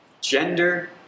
gender